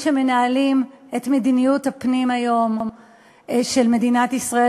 שמנהלים היום את מדיניות הפנים של מדינת ישראל,